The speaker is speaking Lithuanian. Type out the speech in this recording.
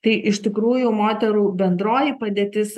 tai iš tikrųjų moterų bendroji padėtis